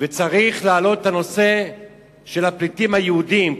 וצריך להעלות את הנושא של הפליטים היהודים.